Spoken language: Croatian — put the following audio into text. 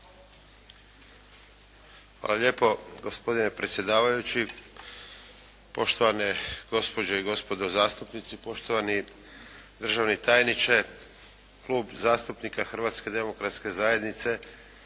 Hvala lijepo gospodine predsjedavajući, poštovane gospođe i gospodo zastupnici, poštovani državni tajniče. Klub zastupnika Hrvatske demokratske zajednice